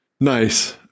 Nice